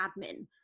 admin